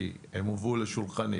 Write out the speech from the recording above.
כי חלקם הובאו לשולחני